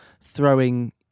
throwing